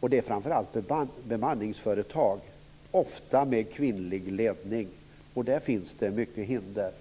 Det är framför allt bemanningsföretag, ofta med kvinnlig ledning. Där finns det många hinder.